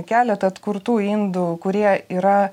keleta atkurtų indų kurie yra